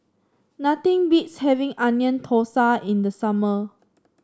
nothing beats having Onion Thosai in the summer